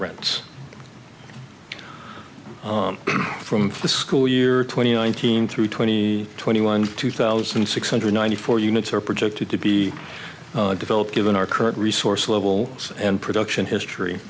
rents from the school year twenty nineteen through twenty twenty one two thousand six hundred ninety four units are projected to be developed given our current resource level and production history